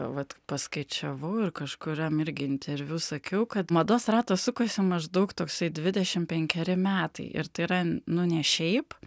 vat paskaičiavau ir kažkuriam irgi interviu sakiau kad mados ratas sukasi maždaug toksai dvidešim penkeri metai ir tai yra nu ne šiaip